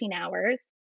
hours